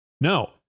No